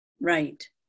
right